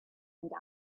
and